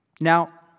Now